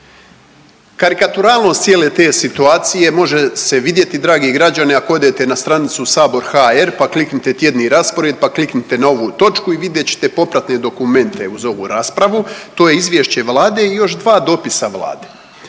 Karikaturalnost cijele te situacije može se vidjeti dragi građani ako odete na stranicu sabor.hr pa kliknite tjedni raspored pa kliknite na ovu točku i vidjet će te popratne dokumente uz ovu raspravu, to je izvješće Vlade i još dva dopisa Vlade.